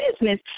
business